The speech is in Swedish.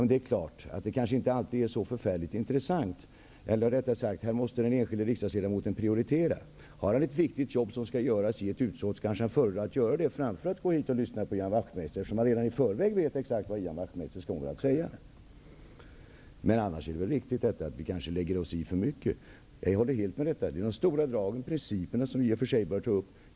Det är klart att det kanske inte är så förfärligt intressant allt som sägs, eller rättare sagt, den enskilde riksdagsledamoten måste prioritera. Om han har ett viktigt jobb som skall göras i ett utskott, föredrar han kanske att göra det framför att gå hit och lyssna på Ian Wachtmeister, eftersom han redan i förväg vet exakt vad Ian Wachtmeister kommer att säga. Annars är det nog detta att vi lägger oss i för mycket. Jag håller helt med om det. Det är de stora dragen och principerna som vi bör ta upp.